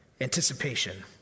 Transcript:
Anticipation